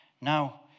Now